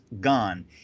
gone